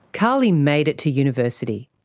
karlie made it to university.